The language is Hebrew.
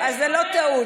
אז זו לא טעות.